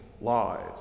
lives